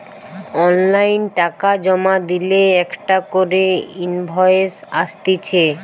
online টাকা জমা দিলে একটা করে ইনভয়েস আসতিছে